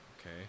Okay